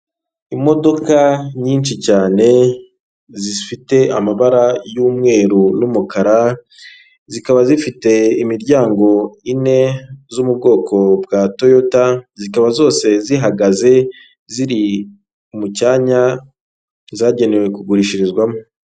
Imodoka nyinshi cyane zifite amabara y'umweru n'umukara, zikaba zifite imiryango ine zo mu bwoko bwa Toyota, zikaba zose zihagaze ziri mu cyanya zagenewe kugurishirizwamo.